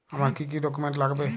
আমার কি কি ডকুমেন্ট লাগবে?